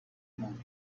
moved